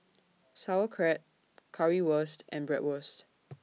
Sauerkraut Currywurst and Bratwurst